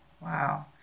Wow